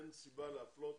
אין סיבה להפלות